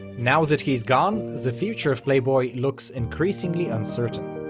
now that he's gone, the future of playboy looks increasingly uncertain.